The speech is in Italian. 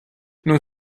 non